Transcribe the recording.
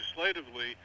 legislatively